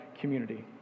community